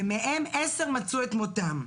ומהם עשרה מצאו את מותם.